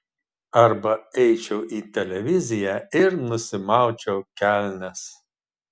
arba eičiau į televiziją ir nusimaučiau kelnes